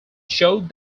showed